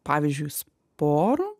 pavyzdžiui porų